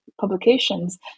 publications